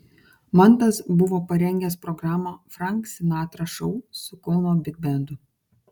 mantas buvo parengęs programą frank sinatra šou su kauno bigbendu